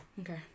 Okay